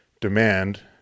demand